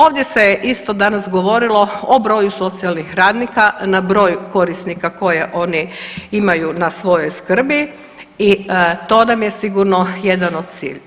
Ovdje se je isto danas govorilo o broju socijalnih radnika na broj korisnika koje oni imaju na svojoj skrbi i to nam je sigurno jedan od cilj.